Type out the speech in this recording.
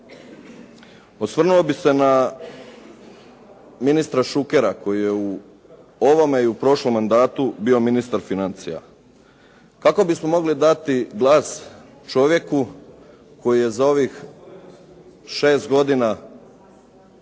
Osvrnuo bih se na ministra Šukera, koji je u ovome i u prošlom mandatu bio ministar financija. Kako bismo mogli dati glas čovjeku koji je za ovih 6 godina